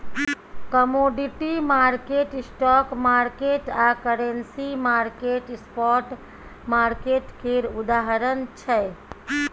commodity market, stock market आ currency market spot market केर उदाहरण छै